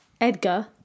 Edgar